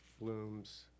Bloom's